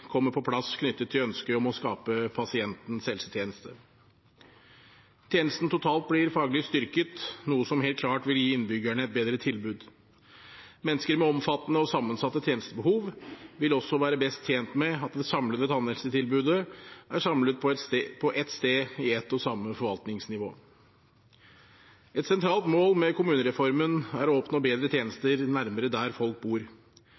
kommer på plass knyttet til ønsket om å skape pasientens helsetjeneste. Tjenesten totalt blir faglig styrket, noe som helt klart vil gi innbyggerne bedre tilbud. Mennesker med omfattende og sammensatte tjenestebehov vil også være best tjent med at det samlede tannhelsetilbudet er samlet på ett sted og på ett og samme forvaltningsnivå. Et sentralt mål med kommunereformen er å oppnå bedre tjenester nærmere der folk bor.